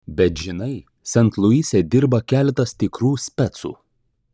bet žinai sent luise dirba keletas tikrų specų